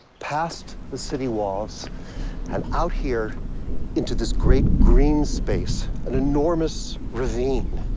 past the city walls and out here into this great green space, an enormous ravine.